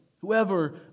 Whoever